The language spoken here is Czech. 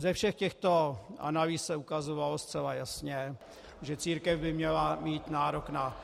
Ze všech těchto analýz se ukazovalo zcela jasně, že církev by měla mít nárok na podstatně